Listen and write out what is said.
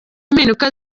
mpinduka